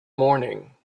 morning